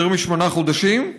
יותר משמונה חודשים,